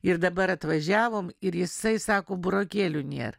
ir dabar atvažiavom ir jisai sako burokėlių nėra